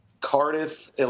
Cardiff